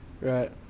Right